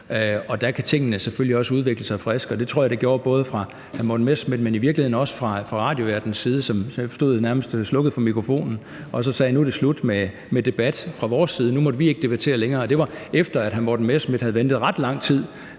og der kan tingene selvfølgelig også udvikle sig friskt, og det tror jeg de gjorde både fra hr. Morten Messerschmidts, men i virkeligheden også fra radioværtens side, der, som jeg forstod det, nærmest slukkede for mikrofonen og sagde, at nu var det slut med debat fra vores side, nu måtte vi ikke debattere mere, og det var, efter hr. Morten Messerschmidt havde ventet ret lang tid